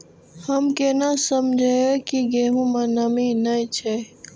हम केना समझये की गेहूं में नमी ने छे?